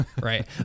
right